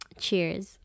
Cheers